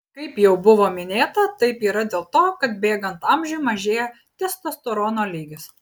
kaip jau buvo minėta taip yra dėl to kad bėgant amžiui mažėja testosterono lygis